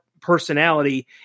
personality